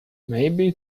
maybe